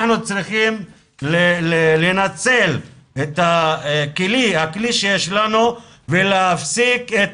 אנחנו צריכים לנצל את הכלי שיש לנו ולהפסיק את